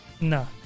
No